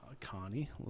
Connie